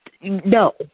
No